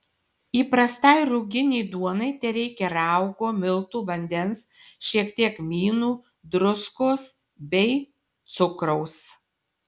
įprastai ruginei duonai tereikia raugo miltų vandens šiek tiek kmynų druskos bei cukraus